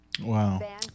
Wow